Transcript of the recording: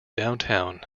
downtown